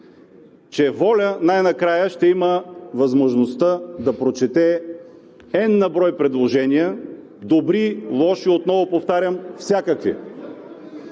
че ВОЛЯ най-накрая ще има възможността да прочете n на брой предложения – добри, лоши, отново повтарям, всякакви.